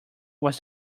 was